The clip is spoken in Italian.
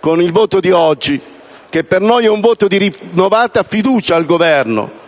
Con il voto di oggi, che per noi è un voto di rinnovata fiducia al Governo,